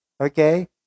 Okay